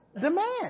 demand